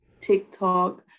TikTok